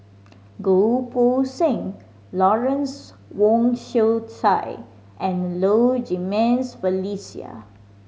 Goh Poh Seng Lawrence Wong Shyun Tsai and Low Jimenez Felicia